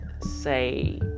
say